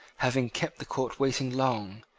having kept the court waiting long,